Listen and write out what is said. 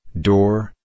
Door